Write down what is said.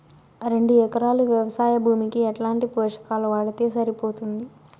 రెండు ఎకరాలు వ్వవసాయ భూమికి ఎట్లాంటి పోషకాలు వాడితే సరిపోతుంది?